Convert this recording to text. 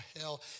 hell